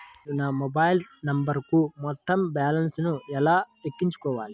నేను నా మొబైల్ నంబరుకు మొత్తం బాలన్స్ ను ఎలా ఎక్కించుకోవాలి?